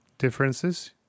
differences